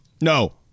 No